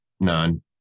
None